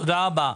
תודה רבה.